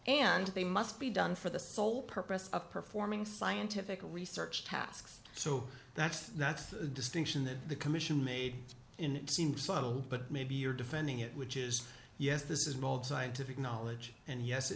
and they must be done for the sole purpose of performing scientific research tasks so that's that's the distinction that the commission made in it seems a little but maybe you're defending it which is yes this is an old scientific knowledge and yes it